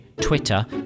Twitter